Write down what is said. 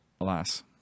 alas